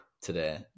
today